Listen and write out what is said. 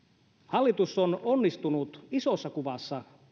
hallitus on onnistunut kriisinhoidossa isossa kuvassa